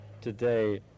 today